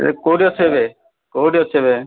ଏବେ କେଉଁଠି ଅଛୁ ଏବେ କେଉଁଠି ଅଛୁ ଏବେ